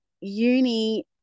uni